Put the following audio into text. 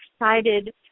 excited